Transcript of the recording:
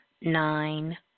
nine